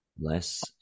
less